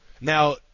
Now